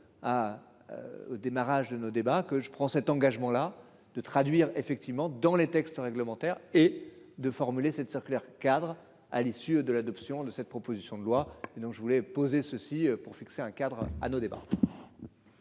Au démarrage de nos débats que je prends cet engagement-là de traduire effectivement dans les textes réglementaires et de formuler cette circulaire cadre à l'issue de l'adoption de cette proposition de loi et donc je voulais poser, ceci pour fixer un cadre à nos débats.